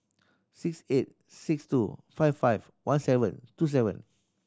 six eight six two five five one seven two seven